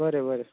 बरें बरें